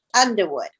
Underwood